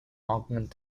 augment